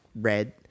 red